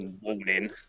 warning